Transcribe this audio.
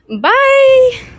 bye